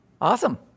Awesome